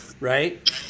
right